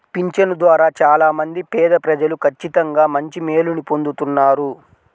పింఛను ద్వారా చాలా మంది పేదప్రజలు ఖచ్చితంగా మంచి మేలుని పొందుతున్నారు